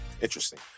Interesting